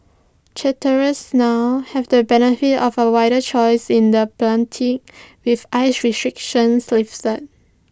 charterers now have the benefit of A wider choice in the with ice restrictions lifted